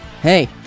Hey